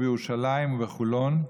בירושלים ובחולון,